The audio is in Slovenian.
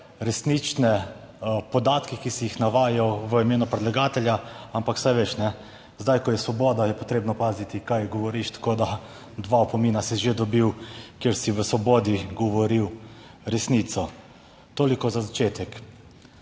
resnične podatke, ki si jih navajal v imenu predlagatelja, ampak saj veš, kajne, zdaj ko je Svoboda, je potrebno paziti kaj govoriš, tako da, dva opomina si že dobil, ker si o Svobodi govoril resnico. Toliko za začetek.